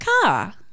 car